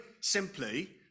simply